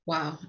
Wow